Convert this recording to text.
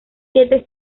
siete